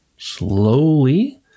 slowly